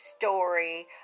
story